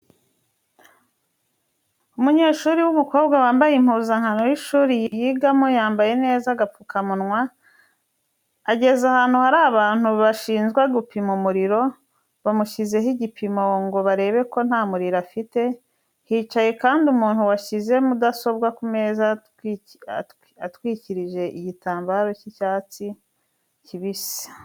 Umunyeshuri w'umukobwa wambaye impuzankano y'ishuri yigamo, yambaye neza agapfukamunwa, ageze ahantu hari abantu bashinzwe gupima umuriro, bamushyizeho igipimo ngo barebe ko nta muriro afite, hicaye kandi umuntu washyize mudasobwa ku meza atwikirije igitambaro cy'icyatsi kibisi.